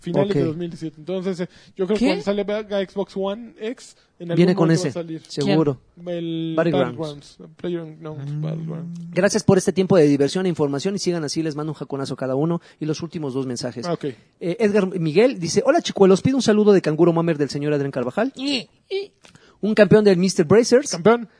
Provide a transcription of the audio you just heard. Finales de Ok. 2017. Entonces, eh, yo creo que cuando ¿Qué? sale Ba- Ga- Xbox One X, en algún Viene con momento va a ese. salir. Seguro. El Battlegrounds. Battlegrounds, Playground, no, Mm. Battlegrounds. Gracias por este tiempo de diversión e información y sigan así, les mando un jaconazo a cada uno y los últimos dos mensajes. Ah, ok. Eh, Edgar Miguel dice, "Hola, chicuelos, pido un saludo de Canguro Mamer del señor Adrián Carvajal. Y- y- Un campeón del Mr. Bracers. Campeón.